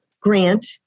grant